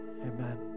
amen